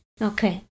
Okay